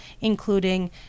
including